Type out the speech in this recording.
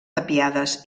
tapiades